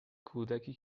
کودکی